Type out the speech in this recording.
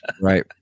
Right